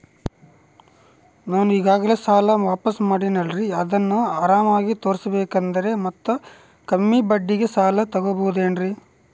ನಾನು ಈಗಾಗಲೇ ಸಾಲ ವಾಪಾಸ್ಸು ಮಾಡಿನಲ್ರಿ ಅದನ್ನು ಆರಾಮಾಗಿ ತೇರಿಸಬೇಕಂದರೆ ಮತ್ತ ಕಮ್ಮಿ ಬಡ್ಡಿಗೆ ಸಾಲ ತಗೋಬಹುದೇನ್ರಿ?